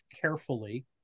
carefully